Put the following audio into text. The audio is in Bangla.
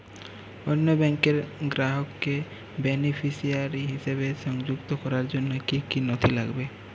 অন্য ব্যাংকের গ্রাহককে বেনিফিসিয়ারি হিসেবে সংযুক্ত করার জন্য কী কী নথি লাগবে?